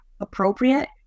appropriate